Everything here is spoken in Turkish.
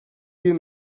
bir